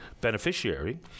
beneficiary